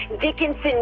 Dickinson